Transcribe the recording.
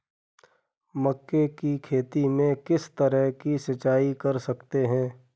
मक्के की खेती में किस तरह सिंचाई कर सकते हैं?